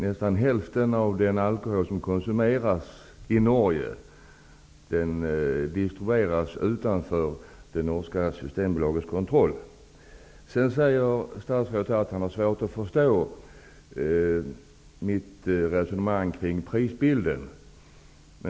Nästan hälften av den alkohol som konsumeras i Norge distribueras utanför norska Vinmonopolets kontroll. Statsrådet säger att han har svårt att förstå mitt resonemang kring prisbilden.